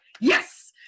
yes